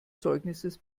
zeugnisses